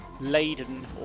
laden